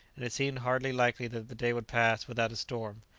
and it seemed hardly likely that the day would pass without a storm.